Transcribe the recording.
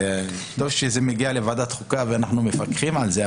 זה טוב שזה מגיע לוועדת החוקה ואנחנו מפקחים על זה,